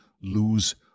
lose